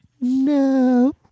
No